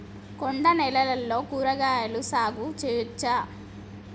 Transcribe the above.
కొండ నేలల్లో కూరగాయల సాగు చేయచ్చా?